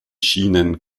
schienen